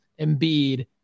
Embiid